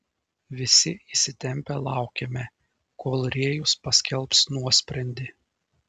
visi įsitempę laukėme kol rėjus paskelbs nuosprendį